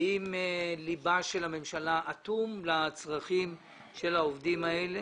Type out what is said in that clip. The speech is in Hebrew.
האם ליבה של הממשלה אטום לצרכים של העובדים האלה.